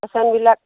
পেচেণ্টবিলাক